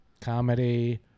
comedy